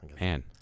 Man